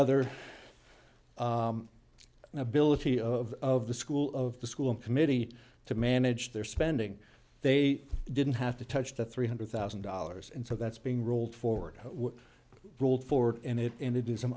other ability of of the school of the school committee to manage their spending they didn't have to touch that three hundred thousand dollars and so that's being rolled forward rolled forward and it ended in some